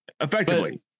effectively